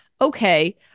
okay